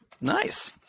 Nice